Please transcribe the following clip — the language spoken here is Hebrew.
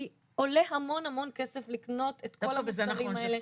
כי עולה המון המון כסף לקנות את כל המוצרים האלה.